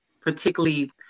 particularly